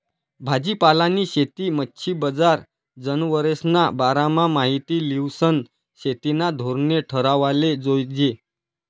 भाजीपालानी शेती, मच्छी बजार, जनावरेस्ना बारामा माहिती ल्हिसन शेतीना धोरणे ठरावाले जोयजे